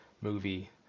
movie